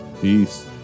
Peace